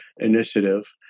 initiative